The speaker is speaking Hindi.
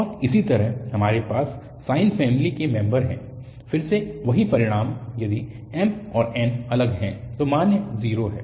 और इसी तरह हमारे पास साइन फैमिली के मेम्बर हैं फिर से वही परिणाम यदि m और n अलग हैं तो मान 0 है